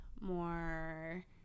more